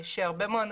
הרבה מאוד אנשים,